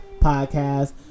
podcast